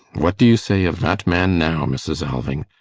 what do you say of that man now, mrs. alving?